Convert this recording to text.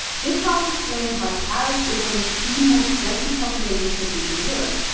this helps explain why paris is one of the most densely populated cities in europe.